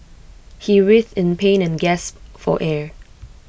he writhed in pain and gasped for air